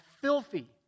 filthy